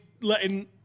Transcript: letting